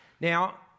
Now